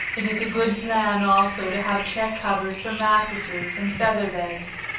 it is a good plan also to have check covers for matresses and feather beds,